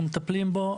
אנחנו מטפלים בו.